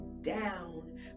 down